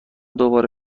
دوباره